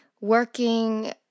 working